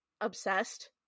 obsessed